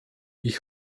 ich